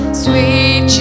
sweet